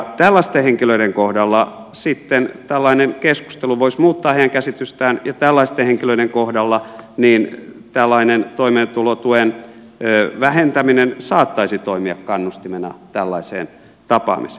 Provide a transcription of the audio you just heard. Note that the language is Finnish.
tällaisten henkilöiden kohdalla sitten tällainen keskustelu voisi muuttaa heidän käsitystään ja tällaisten henkilöiden kohdalla tällainen toimeentulotuen vähentäminen saattaisi toimia kannustimena tällaiseen tapaamiseen